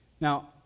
Now